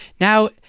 Now